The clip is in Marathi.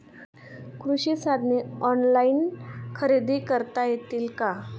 कृषी साधने ऑनलाइन खरेदी करता येतील का?